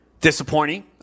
disappointing